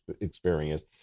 experience